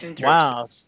Wow